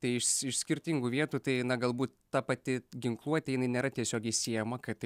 tai iš iš skirtingų vietų tai na galbūt ta pati ginkluotė jinai nėra tiesiogiai siejama kad tai